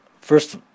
first